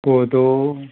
कोदो